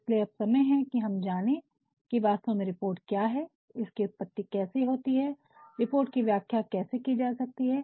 इसलिए अब समय है कि हम जाने कि वास्तव में रिपोर्ट क्या है इसकी उत्पत्ति कैसे होती है रिपोर्ट की व्याख्या कैसे की जा सकती है